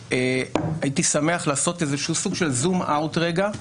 הייתי שמח לעשות סוג של זום אאוט לרגע,